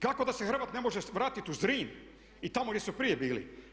Kako da se Hrvat ne može vratiti u Zrin i tamo gdje su prije bili?